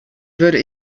würde